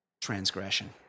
transgression